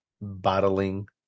battling